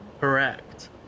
Correct